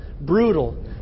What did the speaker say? brutal